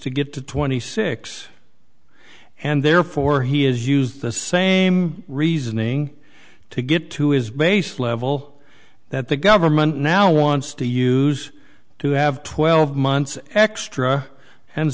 to get to twenty six and therefore he has used the same reasoning to get to his base level that the government now wants to use to have twelve months extra and